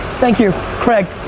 thank you, craig.